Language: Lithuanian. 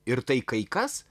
ir tai kai kas